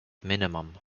minimum